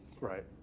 Right